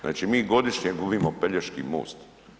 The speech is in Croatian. Znači mi godišnje gubimo Pelješki most.